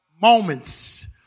Moments